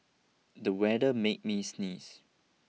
the weather made me sneeze